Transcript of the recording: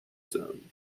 zone